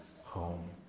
home